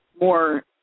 more